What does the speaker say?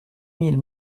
mille